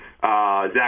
Zach